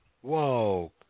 Whoa